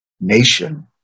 nation